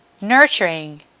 nurturing